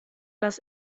das